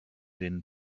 den